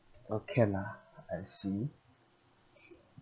orh can ah I see